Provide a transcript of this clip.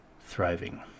Thriving